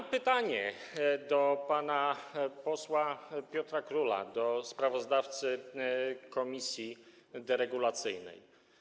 Mam pytanie do pana posła Piotra Króla, sprawozdawcy komisji deregulacyjnej.